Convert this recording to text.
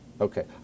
Okay